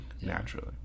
naturally